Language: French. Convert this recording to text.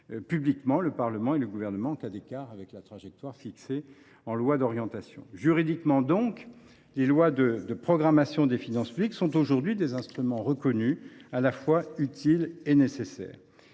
publiquement le Parlement et le Gouvernement en cas d’écart avec la trajectoire fixée en loi d’orientation. Sur un plan juridique, donc, les lois de programmation des finances publiques sont aujourd’hui des instruments reconnus, à la fois utiles et nécessaires.